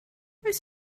oes